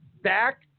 back